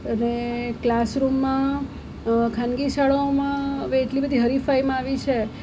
અને કલાસરૂમમાં ખાનગી શાળાઓમાં હવે એટલી બધી હરીફાઈમાં આવી છે